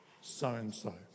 so-and-so